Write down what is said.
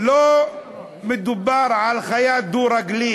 שלא מדובר בה על חיה דו-רגלית,